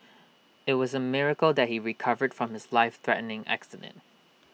IT was A miracle that he recovered from his life threatening accident